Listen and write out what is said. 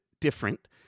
different